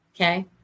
Okay